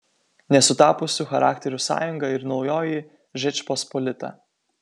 nesutapusių charakterių sąjunga ir naujoji žečpospolita